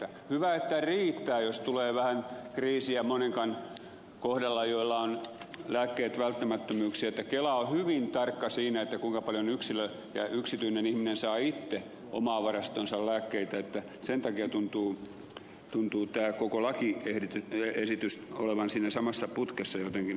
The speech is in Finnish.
hyvä että riittää jos tulee vähän kriisiä monenkaan kohdalla joilla on lääkkeet välttämättömyyksiä koska kela on hyvin tarkka siinä kuinka paljon yksilö ja yksityinen ihminen saa itse omaan varastoonsa lääkkeitä sen takia tuntuu tämä koko lakiesitys olevan siinä samassa putkessa jotenkin